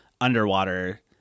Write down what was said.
underwater